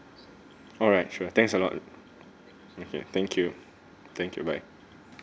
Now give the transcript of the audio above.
alright sure thanks a lot okay thank you thank you bye